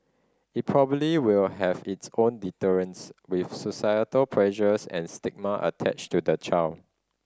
it probably will have its own deterrents with societal pressures and stigma attached to the child